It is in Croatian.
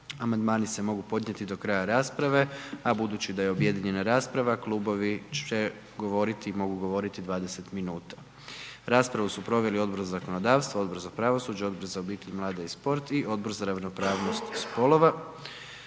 Amandmani se mogu podnijeti do kraja rasprave a budući da je objedinjena rasprava, klubovi mogu govoriti 20 minuta. Raspravu su proveli Odbor za zakonodavstvo, Odbor za pravosuđe, Odbor za obitelj, mlade i sport i Odbor za ravnopravnost spolova.